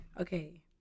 Okay